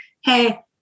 hey